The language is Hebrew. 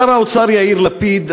שר האוצר יאיר לפיד,